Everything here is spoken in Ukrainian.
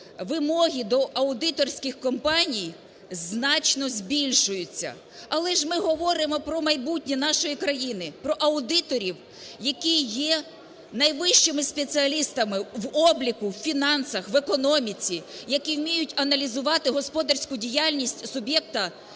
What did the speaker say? вимоги до аудиторських компаній значно збільшуються. Але ж ми говоримо про майбутнє нашої країн, про аудиторів, які є найвищими спеціалістами в обліку, в фінансах, в економіці, які вміють аналізувати господарську діяльність суб'єкта,